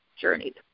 journeyed